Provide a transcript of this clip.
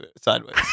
sideways